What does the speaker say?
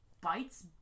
bites